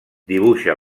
dibuixa